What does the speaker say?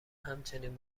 همچنین